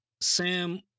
Sam